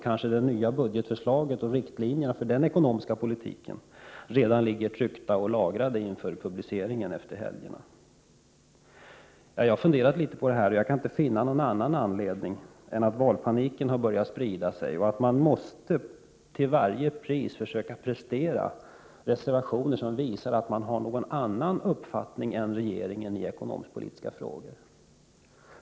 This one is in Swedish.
Kanske budgetförslagen och riktlinjerna för den ekonomiska politiken redan är tryckta och lagrade inför publiceringen efter helgerna? Efter att ha funderat litet kan jag inte finna någon annan anledning än att valpaniken har börjat sprida sig och att man till varje pris måste försöka prestera reservationer som visar att man har någon annan uppfattning än regeringen i ekonomisk-politiska frågor.